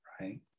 right